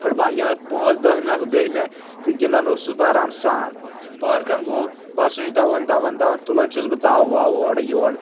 fit بال گنٛدان پانٛژھ دہ منٹ گٔے مےٚ تہٕ گِنٛدان اوسُس بہٕ آرام سان پہر کھنٛڈ گوٚو بہٕ ہسا چھُس دوَان دوَان دوَان تُلان چھُس بہٕ دَو وَو اورٕ یور